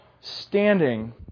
standing